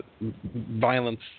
violence